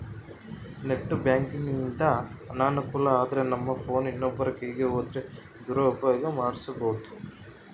net ಬ್ಯಾಂಕಿಂಗಿಂದು ಅನಾನುಕೂಲ ಅಂದ್ರನಮ್ ಫೋನ್ ಇನ್ನೊಬ್ರ ಕೈಯಿಗ್ ಹೋದ್ರ ದುರುಪಯೋಗ ಪಡಿಸೆಂಬೋದು